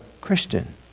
Christian